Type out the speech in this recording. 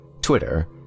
Twitter